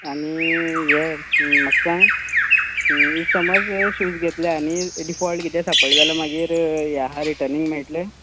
आनी हें म्हाका सांग ईफ समज शूज घेतले आनी डिफॉळ्ड किदें सापडले जाल्या मागीर हें आसा रिर्टनिंग आनींक मेळटलें